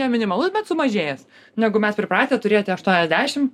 ne minimalus bet sumažėjęs negu mes pripratę turėti aštuoniasdešim